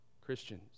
Christians